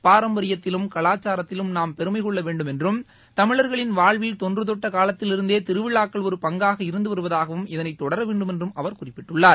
பாரம்பரியத்திலும் கலாச்சாரத்திலும் நாம் பெருமை கொள்ள வேண்டுமென்றும் தமிழா்களின் வாழ்வில் தொன்றுதொட்ட காலத்திலிருந்தே திருவிழாக்கள் ஒரு பங்காக இருந்து வருவதாகவும் இதனை தொடர வேண்டுமென்றும் அவர் குறிப்பிட்டுள்ளார்